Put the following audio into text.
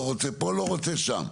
לא רוצה פה ולא רוצה שם.